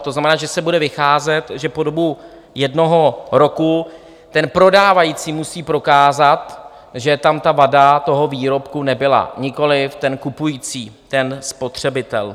To znamená, že se bude vycházet, že po dobu jednoho roku prodávající musí prokázat, že tam vada výrobku nebyla, nikoliv kupující, ten spotřebitel.